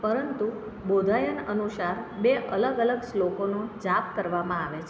પરંતુ બૌધાયન અનુસાર બે અલગ અલગ શ્લોકોનો જાપ કરવામાં આવે છે